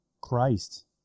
Christ